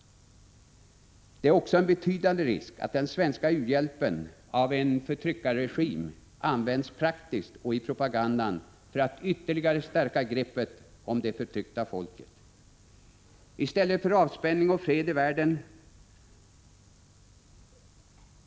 Det finns också en betydande risk för att den svenska u-hjälpen av en förtryckarregim används praktiskt och i propagandan för att ytterligare stärka greppet om det förtryckta folket.